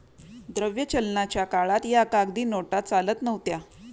द्रव्य चलनाच्या काळात या कागदी नोटा चालत नव्हत्या